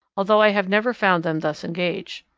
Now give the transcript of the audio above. although i have never found them thus engaged.